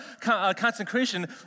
consecration